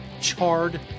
charred